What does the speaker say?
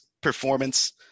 performance